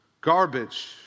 garbage